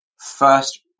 first